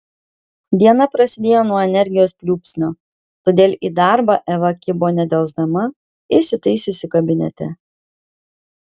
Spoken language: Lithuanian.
diena prasidėjo nuo energijos pliūpsnio todėl į darbą eva kibo nedelsdama įsitaisiusi kabinete